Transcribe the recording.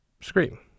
scream